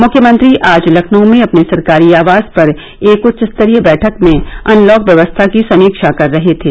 मुख्यमंत्री आज लखनऊ में अपने सरकारी आवास पर एक उच्च स्तरीय बैठक में अनलॉक व्यवस्था की समीक्षा कर रहे थे